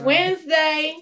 Wednesday